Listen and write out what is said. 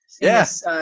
yes